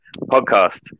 podcast